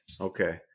Okay